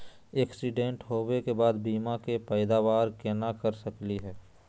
Accident होवे के बाद बीमा के पैदावार केना कर सकली हे?